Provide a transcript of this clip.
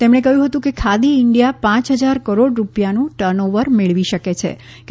તેમણે કહ્યુ હતુ કે ખાદી ઇન્ડિયા પાંચ હજાર કરોડ રૂપિયાનુ ટર્નઓવર મેળવી શકેછે